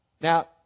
Now